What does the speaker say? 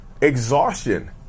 exhaustion